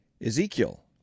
Ezekiel